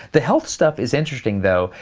the health stuff is interesting though.